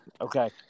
okay